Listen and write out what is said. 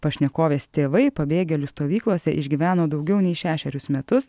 pašnekovės tėvai pabėgėlių stovyklose išgyveno daugiau nei šešerius metus